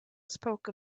spoke